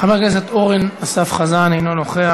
חבר הכנסת אורן אסף חזן, אינו נוכח.